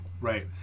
Right